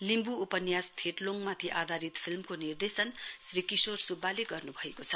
लिम्बू उपन्यास थेटलोङमाथि आधारित फिल्मको निर्देशन श्री किशोर सुब्बाले गर्नु भएको छ